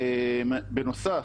בנוסף,